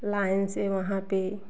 line से वहाँ पर